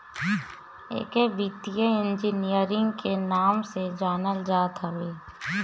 एके वित्तीय इंजीनियरिंग के नाम से जानल जात हवे